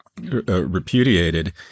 repudiated